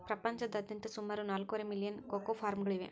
ಪ್ರಪಂಚದಾದ್ಯಂತ ಸುಮಾರು ನಾಲ್ಕೂವರೆ ಮಿಲಿಯನ್ ಕೋಕೋ ಫಾರ್ಮ್ಗಳಿವೆ